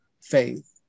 faith